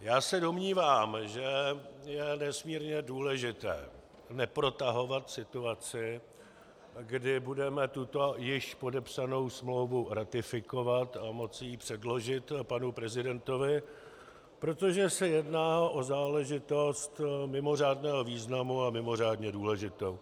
Já se domnívám, že je nesmírně důležité neprotahovat situaci, kdy budeme tuto již podepsanou smlouvu ratifikovat a moci ji předložit panu prezidentovi, protože se jedná o záležitost mimořádného významu a mimořádně důležitou.